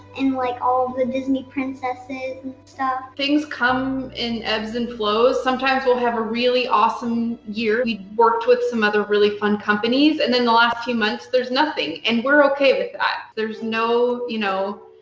like all the disney princesses and stuff. things come in ebbs and flows, sometimes we'll have a really awesome year. we'd worked with some other really fun companies. and then the last few months, there's nothing. and we're okay with that. there's no, you know,